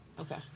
Okay